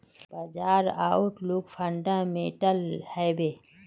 बाजार outlook fundamental हैवै?